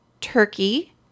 Turkey